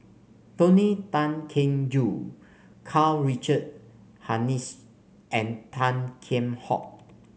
Tony Tan Keng Joo Karl Richard Hanitsch and Tan Kheam Hock